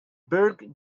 berg